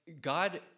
God